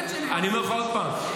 אני אומר לך עוד פעם,